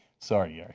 sorry, yeah